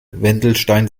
wendelstein